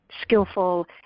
skillful